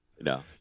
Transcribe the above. No